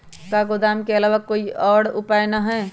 का गोदाम के आलावा कोई और उपाय न ह?